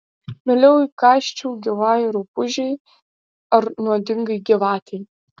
mieliau įkąsčiau gyvai rupūžei ar nuodingai gyvatei